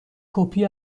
کپی